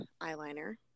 Eyeliner